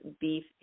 beef